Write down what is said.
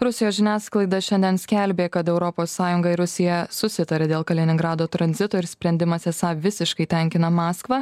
rusijos žiniasklaida šiandien skelbė kad europos sąjunga ir rusija susitarė dėl kaliningrado tranzito ir sprendimas esą visiškai tenkina maskvą